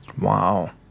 Wow